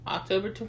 October